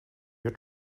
your